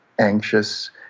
anxious